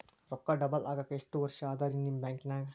ರೊಕ್ಕ ಡಬಲ್ ಆಗಾಕ ಎಷ್ಟ ವರ್ಷಾ ಅದ ರಿ ನಿಮ್ಮ ಬ್ಯಾಂಕಿನ್ಯಾಗ?